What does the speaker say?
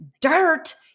dirt